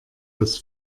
das